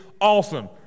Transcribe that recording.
awesome